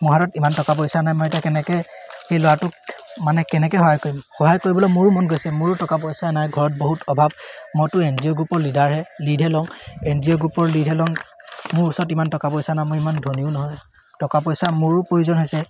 মোৰ হাতত ইমান টকা পইচা নাই মই এতিয়া কেনেকৈ সেই ল'ৰাটোক মানে কেনেকৈ সহায় কৰিম সহায় কৰিবলৈ মোৰো মন গৈছে মোৰো টকা পইচা নাই ঘৰত বহুত অভাৱ মইতো এন জি অ' গ্ৰুপৰ লীডাৰহে লীডহে লওঁ এন জি অ' গ্ৰুপৰ লীডহে লওঁ মোৰ ওচৰত ইমান টকা পইচা নাই মই ইমান ধনীও নহয় টকা পইচা মোৰো প্ৰয়োজন হৈছে